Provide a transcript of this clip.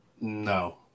no